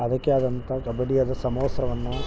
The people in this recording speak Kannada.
ಅದಕ್ಕೇ ಆದಂಥ ಕಬಡ್ಡಿಯಾದ ಸಮವಸ್ತ್ರವನ್ನು